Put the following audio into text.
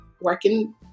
working